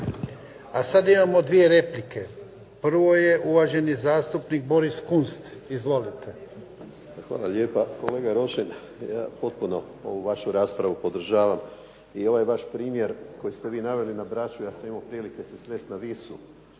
A sada imamo dvije replike. Prvo je uvaženi zastupnik Boris Kunst. Izvolite. **Kunst, Boris (HDZ)** Hvala lijepa. Kolega Rošin ja potpuno ovu vašu raspravu podržavam. I ovaj vaš primjer kojeg ste vi naveli na Braču, ja sam imao prilike se sresti na Visu,